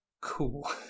Cool